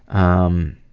um,